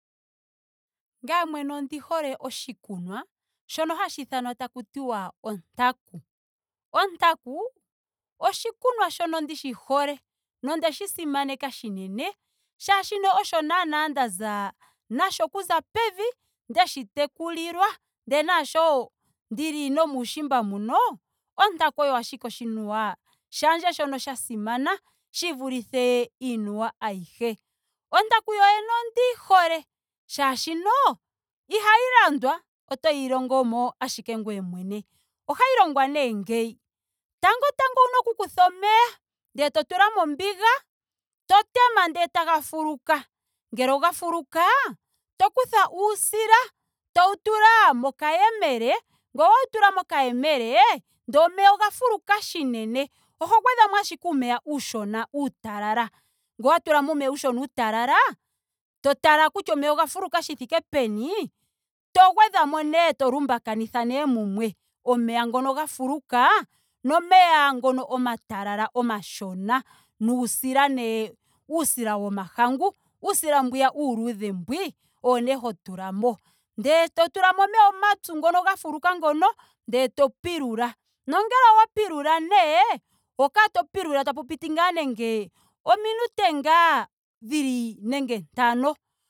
Ngame mwene ondi hole oshikunwa sho hashiithanwa taku tiwa ontaku. Ontaku oshikunwa shono ndishi hole nondeshi simaneka unene molwaashoka osho naana ndaza nasho okuza pevi. ndeshi tekulilwa. ndele naasho ndili nomuushimba muno. ontaku oyo ashike oshinuwa shandje shono sha simana shi vulithe iinuwa ayihe. Ontaku yoyene ondiyi hole molwaashoka ihayi landwa itoyi longomo ashike gweye mwene. Ohayi longwa nee ngeyi:tango tango owuna oku kutha omeya. ndele totula mombiga to tema ndele taga fuluka. ngele oga fuluka. to kutha uusila tou tula mokayemele. ngele owewu tula mokayemele ndele omeya oga fuluka shinene oho gwedhamo ashike uumeya uushona uutalala. ngele owa tulamo uumeya uushona uutalala. to tala kutya omeya oga fuluka shi thike peni. to gwedhamo nee to lumbakanitha nee mumwe omeya ngono ga fuluka nomeya ngono omatalala omashona nuusila nee. uusila womahangu. uusila mbwiya uuludhe mbwii. owo nee hotulamo ndele to tulamo omeya omapyu ngono ga fulka ngono ndele to pilula. Nongele owa pilula nee. oho kala to pilula tapu piti ngaa nenge ominute ngaa dhili nenge ntano.